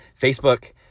Facebook